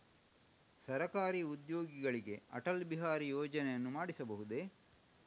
ಸರಕಾರಿ ಉದ್ಯೋಗಿಗಳಿಗೆ ಅಟಲ್ ಬಿಹಾರಿ ಯೋಜನೆಯನ್ನು ಮಾಡಿಸಬಹುದೇ?